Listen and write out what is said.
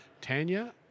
Tanya